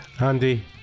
Andy